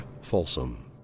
Folsom